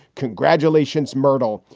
congratulations, myrdal.